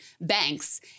banks